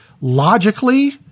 logically